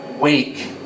wake